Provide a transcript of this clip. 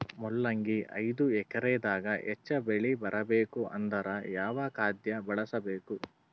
ಮೊಲಂಗಿ ಐದು ಎಕರೆ ದಾಗ ಹೆಚ್ಚ ಬೆಳಿ ಬರಬೇಕು ಅಂದರ ಯಾವ ಖಾದ್ಯ ಬಳಸಬೇಕು?